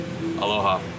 aloha